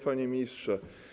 Panie Ministrze!